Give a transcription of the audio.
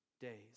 days